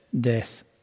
Death